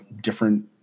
different